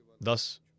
Thus